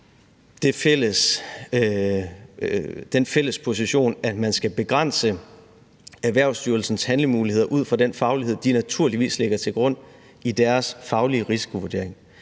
på den fælles position, at man skal begrænse Erhvervsstyrelsens handlemuligheder ud fra den faglighed, de naturligvis lægger til grund i deres faglige risikovurdering.